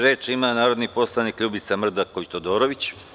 Reč ima narodni poslanik Ljubica Mrdaković Todorović.